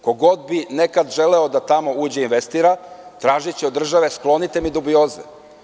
Ko god bi nekad želeo da tamo uđe i investira, tražiće od države – sklonite mi dubioze.